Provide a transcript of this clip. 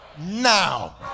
Now